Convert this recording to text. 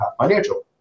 Financial